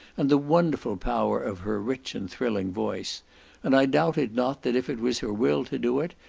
and the wonderful power of her rich and thrilling voice and i doubted not that if it was her will to do it,